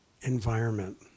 environment